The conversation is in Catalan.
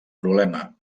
problema